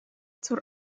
zur